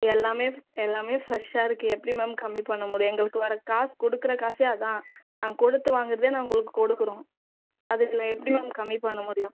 எல்லாமே எல்லாமே ஃப்ரெஷ்ஷாக இருக்குது எப்படி மேம் கம்மி பண்ண முடியும் எங்களுக்கு வர காசு கொடுக்குற காசே அதுதான் நாங்கள் கொடுத்து வாங்குகிறதே நாங்கள் உங்களுக்கு கொடுக்கிறோம் அதில் எப்படி மேம் கம்மி பண்ண முடியும்